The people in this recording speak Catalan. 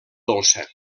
dolça